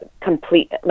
complete